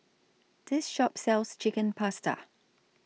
This Shop sells Chicken Pasta